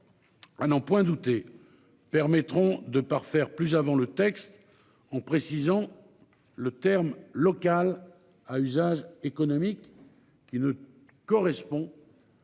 n'en point douter permettront de parfaire plus avant le texte, en précisant le terme local à usage économique qui ne correspond à